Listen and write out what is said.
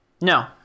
No